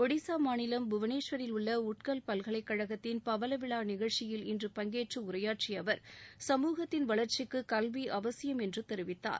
ஒடிசா மாநிலம் புவனேஸ்வரில் உள்ள உட்கல் பல்கலைக்கழகத்தின் பவள விழா நிகழ்ச்சியில் இன்று பங்கேற்று உரையாற்றிய அவர் சமூகத்தின் வளர்ச்சிக்கு கல்வி அவசியம் என்று தெரிவித்தார்